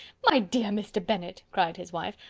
my dear mr. bennet, cried his wife,